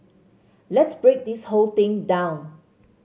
let's break this whole thing down